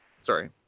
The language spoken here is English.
Sorry